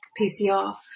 PCR